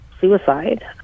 suicide